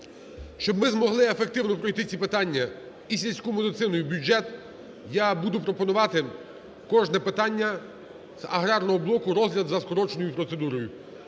Щоб ми змогли ефективно пройти ці питання: і сільську медицину, і бюджет, - я буду пропонувати кожне питання з аграрного блоку розгляд за скороченою процедурою.